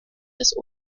des